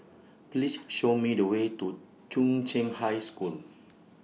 Please Show Me The Way to Chung Cheng High School